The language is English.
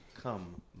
come